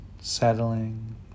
settling